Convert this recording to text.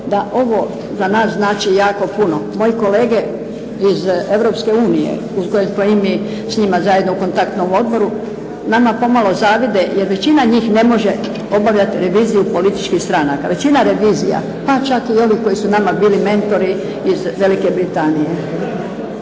da za nas to znači jako puno, moji kolege iz Europske unije s kojima smo i mi s njima u kontaktnom odboru nama pomalo zavide jer većina njih ne može obavljati reviziju političkih stranaka. Većina revizija, pa čak i ovi koji su nama bili mentori iz Velike Britanije,